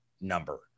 number